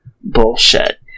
bullshit